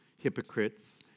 hypocrites